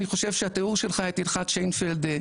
אני חושב שהתיאור שלך את הלכת שיינפלד,